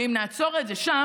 ואם נעצור את זה שם,